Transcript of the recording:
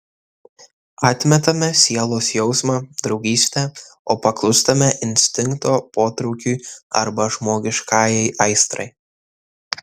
atmetame sielos jausmą draugystę o paklūstame instinkto potraukiui arba žmogiškajai aistrai